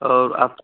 और आप